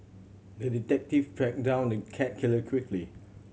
the detective tracked down the cat killer quickly